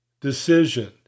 Decision